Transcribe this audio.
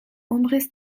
umriss